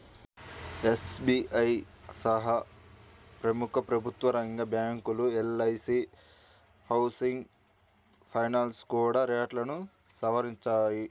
SBI సహా ప్రముఖ ప్రభుత్వరంగ బ్యాంకులు, ఎల్.ఐ.సీ హౌసింగ్ ఫైనాన్స్ కూడా రేట్లను సవరించాయి